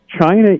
China